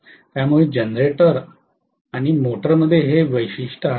त्यामुळे जनरेटर आणि मोटरमध्ये हे वैशिष्ट्य आहे